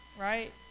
right